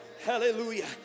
Hallelujah